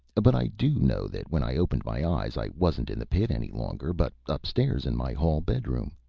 but i do know that when i opened my eyes i wasn't in the pit any longer, but up-stairs in my hall-bedroom.